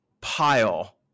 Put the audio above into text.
pile